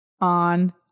On